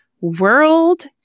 World